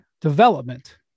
development